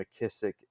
McKissick